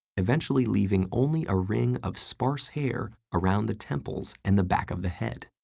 eventually leaving only a ring of sparse hair around the temples and the back of the head.